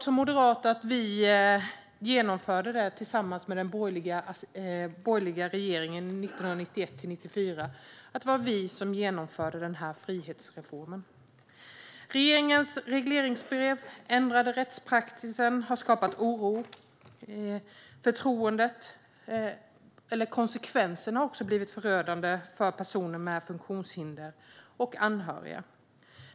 Som moderat är jag stolt över att vi tillsammans med den övriga borgerliga regeringen 1991-1994 genomförde denna frihetsreform. Regeringens regleringsbrev och den ändrade rättspraxisen har skapat oro. Konsekvenserna har blivit förödande för personer med funktionshinder och för deras anhöriga.